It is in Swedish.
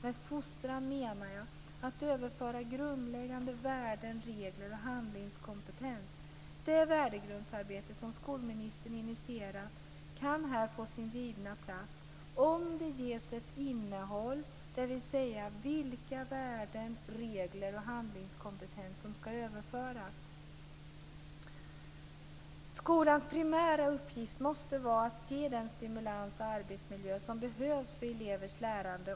Med fostran menar jag att överföra grundläggande värden, regler och handlingskompetens. Det värdegrundsarbete som skolministern initierat kan här få sin givna plats, om det ges ett innehåll, dvs. vilka värden, vilka regler och vilken handlingskompetens som ska överföras. Skolans primära uppgift måste vara att ge den stimulans och arbetsmiljö som behövs för elevers lärande.